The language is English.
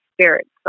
spirits